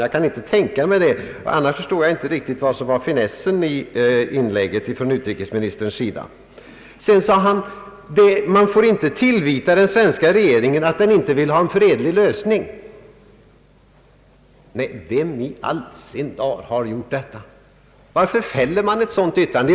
Jag kan inte tänka mig det, men jag förstår annars inte vad som var finessen i inlägget från utrikesministerns sida. Utrikesministern sade också att man inte får tillvita den svenska regeringen att den inte vill ha en fredlig lösning. Nej, vem i all sin dar har gjort detta? Varför fäller man ett sådant yttrande?